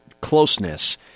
closeness